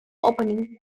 opening